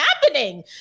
happening